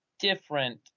different